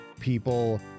people